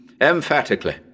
Emphatically